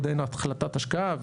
עוד אין החלטת השקעה.